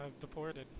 deported